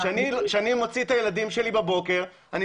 כשאני מוציא את הילדים שלי בבוקר אני